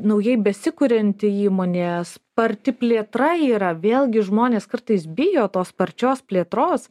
naujai besikurianti įmonė sparti plėtra yra vėlgi žmonės kartais bijo tos sparčios plėtros